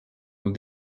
nos